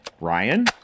Ryan